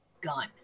gun